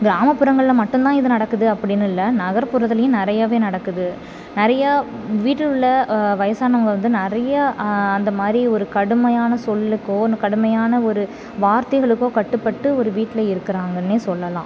கிராமப்புறங்களில் மட்டும்தான் இது நடக்குது அப்படின்னு இல்லை நகர்புறத்துலையும் நிறையவே நடக்குது நிறையா வீட்டில் உள்ள வயதானவங்கள வந்து நிறையா அந்த மாதிரி ஒரு கடுமையான சொல்லுக்கோ இல்லை கடுமையான ஒரு வார்த்தைகளுக்கோ கட்டுப்பட்டு ஒரு வீட்டில் இருக்கிறாங்கன்னே சொல்லலாம்